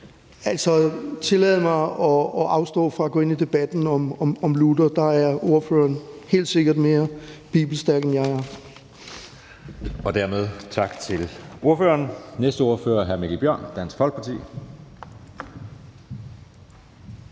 (EL): Tillad mig at afstå fra at gå ind i debatten om Luther. Der er ordføreren helt sikkert mere bibelstærk, end jeg er. Kl. 13:22 Anden næstformand (Jeppe Søe): Dermed tak til ordføreren. Næste ordfører er hr. Mikkel Bjørn, Dansk Folkeparti.